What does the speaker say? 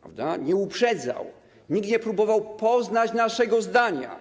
prawda? - nie uprzedzał, nikt nie próbował poznać naszego zdania.